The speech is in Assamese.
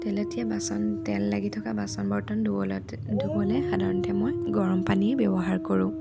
তেলেতীয়া বাচন তেল লাগি থকা বাচন বৰ্তন ধুবলৈ ধুবলৈ মই সাধাৰণতে গৰম পানী ব্যৱহাৰ কৰোঁ